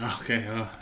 Okay